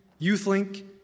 YouthLink